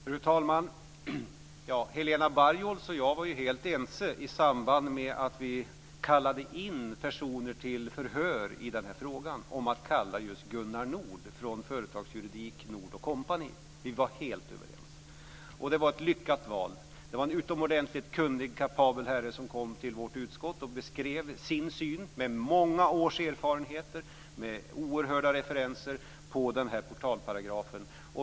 Fru talman! Helena Bargholtz och jag var helt ense i samband med att vi kallade in personer till förhör i den här frågan. Vi var helt överens om att kalla just Gunnar Nord från Företags-Juridik Nord & Co AB, och det var ett lyckat val. Det var en utomordentligt kunnig och kapabel herre som kom till vårt utskott och gav oss sin syn, utifrån många års erfarenhet och med oerhörda referenser till portalparagrafen.